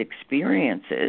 experiences